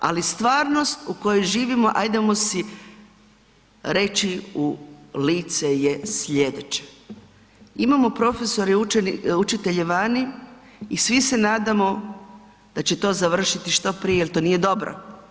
Ali stvarnost u kojoj živimo, hajdemo si reći u lice je sljedeće, imamo profesore i učitelje vani i svi se nadamo da će to završiti što prije jer to nije dobro.